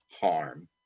harm